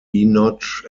enoch